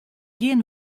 gjin